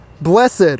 blessed